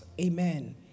Amen